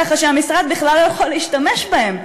כך שהמשרד בכלל לא יכול להשתמש בהם,